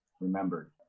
remembered